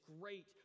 great